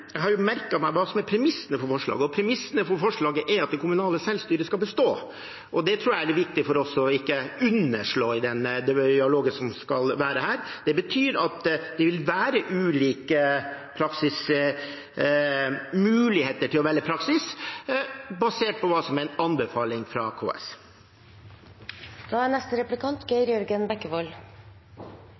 jeg har merket meg hva som er premissene for forslaget. Premissene for forslaget er at det kommunale selvstyret skal bestå. Det tror jeg er viktig for oss ikke å underslå i den dialogen vi skal ha. Det betyr at det vil være ulike muligheter til å velge praksis basert på hva som er en anbefaling fra